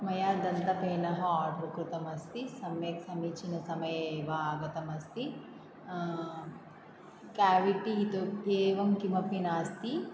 मया दन्तपेनः आर्डर् कृतम् अस्ति सम्यक् समीचीनसमये एव आगतमस्ति केविटि इत्युक्ते एवं किमपि नास्ति